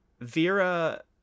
Vera